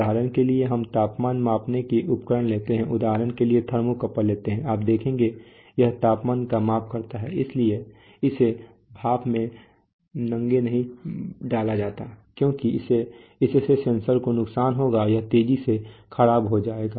उदाहरण के लिए हम तापमान मापने के उपकरण लेते हैं उदाहरण के लिए थर्मोकपल लेते हैं आप देखेंगे यह तापमान का माप करता है लेकिन इसे भाप में नंगे नहीं डाला जाता है क्योंकि इससे सेंसर को नुकसान होगा यह तेजी से खराब हो जाएगा